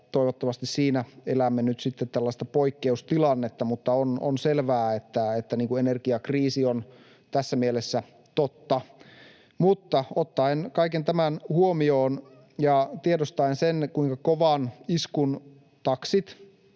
toivottavasti siinä elämme nyt sitten tällaista poikkeustilannetta. Mutta on selvää, että energiakriisi on tässä mielessä totta. Mutta ottaen kaiken tämän huomioon ja tiedostaen sen, kuinka kovan iskun taksit